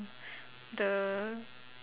the